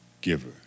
giver